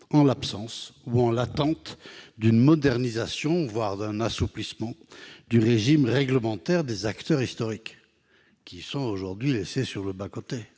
en l'absence d'une modernisation, voire d'un assouplissement, du régime réglementaire des acteurs historiques, qui sont aujourd'hui laissés sur le bas-côté